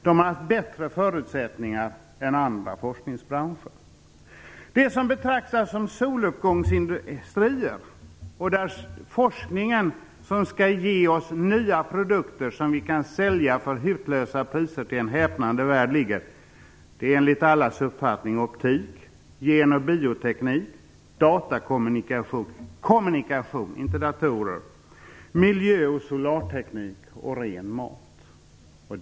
De har haft bättre förutsättningar än andra forskningsbranscher. De som betraktas som soluppgångsindustrier, vars forskning skall ge oss nya produkter som vi kan sälja för hutlösa priser till en häpnande värld, finns enligt allas uppfattning inom områdena optik, gen och bioteknik, datakommunikation - kommunikation, inte datorer - miljö och solarteknik och ren mat.